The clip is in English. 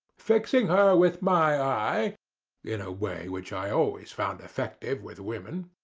fixing her with my eye in a way which i always found effective with women,